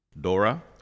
Dora